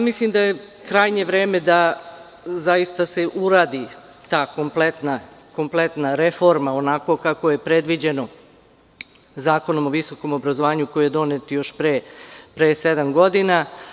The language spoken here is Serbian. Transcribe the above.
Mislim da je krajnje vreme da se zaista uradi ta kompletna reforma, onako kako je predviđeno Zakonom o visokom obrazovanju koji je donet pre sedam godina.